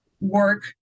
work